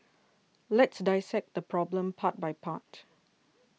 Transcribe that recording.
let's dissect the problem part by part